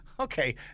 Okay